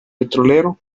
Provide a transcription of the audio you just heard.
petrolero